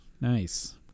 Nice